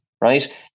right